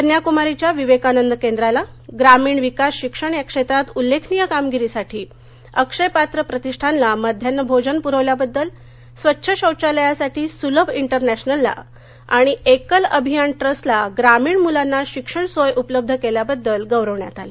कन्याक्मारीच्या विवेकानंद केंद्राला ग्रामीण विकास शिक्षण या क्षेत्रात उल्लेखनीय कामगिरीसाठी अक्षयपात्र प्रतिष्ठानला मध्यान्ह भोजन पुरवल्याबद्दल स्वच्छ शौचालयासाठी सुलभ इंटरनॅशनलला आणि एकल अभियान ट्रस्टला ग्रामीण मुलांना शिक्षण सोय उपलब्ध केल्याबद्दल गौरवण्यात आलं